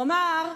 הוא אמר: